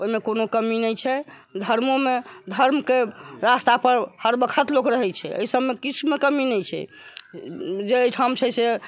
ओहिमे कोनो कमी नहि छै धर्मो मे धर्म के रास्ता पर हर बखत लोक रहै छै एहिसबमे किछु मे कमी नहि छै जे एहीठाम छै से